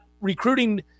recruiting